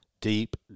Deep